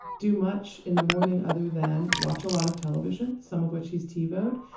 do much in the morning other than watch a lot of television, some of which he's tivoed,